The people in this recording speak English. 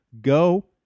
Go